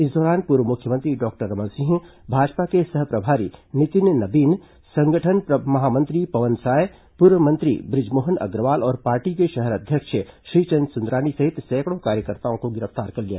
इस दौरान पूर्व मुख्यमंत्री डॉक्टर रमन सिंह भाजपा के सह प्रभारी नितिन नबीन संगठन महामंत्री पवन साय पूर्व मंत्री ब्रजमोहन अग्रवाल और पार्टी के शहर अध्यक्ष श्रीचंद सुंदरानी सहित सैकड़ों कार्यकर्ताओं को गिरफ्तार कर लिया